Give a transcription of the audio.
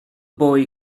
boy